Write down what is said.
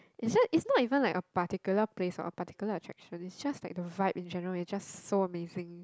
it just it's not even like a particular place or a particular attraction it's just like the vibe in general is just so amazing